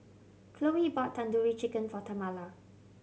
Khloe bought Tandoori Chicken for Tamala